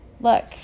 look